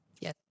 Yes